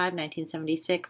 1976